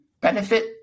benefit